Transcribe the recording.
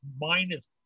minus